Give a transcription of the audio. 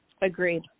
Agreed